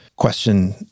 question